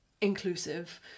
inclusive